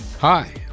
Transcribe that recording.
Hi